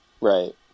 Right